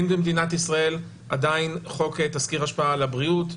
אין במדינת ישראל עדיין חוק תסקיר השפעה על הבריאות.